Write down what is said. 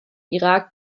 irak